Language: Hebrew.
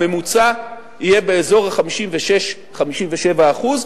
הממוצע יהיה באזור ה-56% 57%,